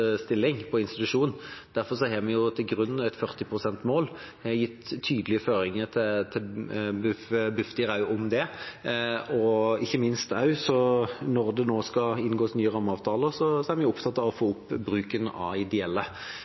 stilling på institusjon. Derfor har vi lagt til grunn et 40 pst.-mål, gitt tydelige føringer til Bufdir om det også, og ikke minst er vi opptatt av å få opp bruken av ideelle når det nå skal inngås nye rammeavtaler. Vi er også opptatt av å